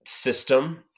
system